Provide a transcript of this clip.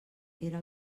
era